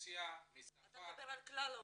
אתה מדבר על כלל העולים.